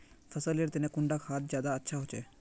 फसल लेर तने कुंडा खाद ज्यादा अच्छा होचे?